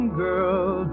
girl